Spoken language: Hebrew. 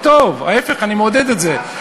מאז שאמרת לי, לא, זה טוב, ההפך, אני מעודד את זה.